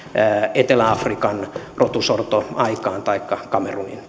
etelä afrikan rotusortoaikaan taikka kamerunin